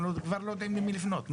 אנחנו כבר לא יודעים למי לפנות.